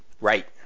right